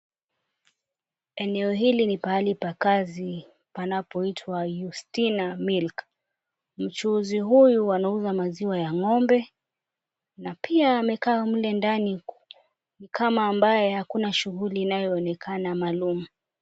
Eneo hili ni pahali pa kazi panapoitwa Yustina Milk. Mchuuzi huyu anauza maziwa ya ng'ombe na pia amekaa mle ndani ni kama ambaye hakuna shughuli inayoonekana maalum.